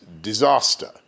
disaster